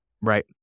right